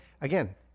again